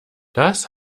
das